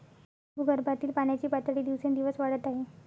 भूगर्भातील पाण्याची पातळी दिवसेंदिवस वाढत आहे